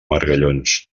margallons